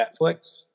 Netflix